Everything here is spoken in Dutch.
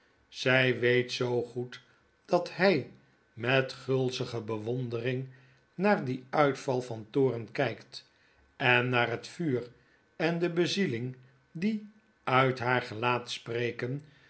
zy weet zoo goed dat hy met gulzige bewondering naar dien uitval van toorn kykt en naar het vuur en de bezieling die nit haar gelaat